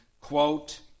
quote